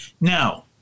now